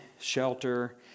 shelter